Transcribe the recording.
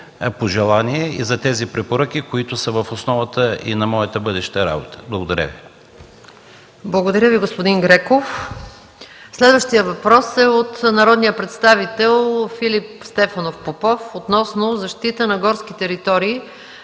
пожелания и препоръки, които са в основата и на моята бъдеща работа. Благодаря. ПРЕДСЕДАТЕЛ МАЯ МАНОЛОВА: Благодаря Ви, господин Греков. Следващият въпрос е от народния представител Филип Стефанов Попов относно защита на горски територии